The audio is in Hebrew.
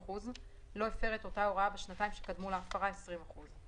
30%; לא הפר את אותה הוראה בשנתיים שקדמו להפרה 20%;